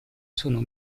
sono